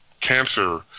cancer